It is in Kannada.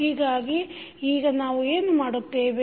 ಹೀಗಾಗಿ ಈಗ ನಾವು ಏನು ಮಾಡುತ್ತೇವೆ